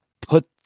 put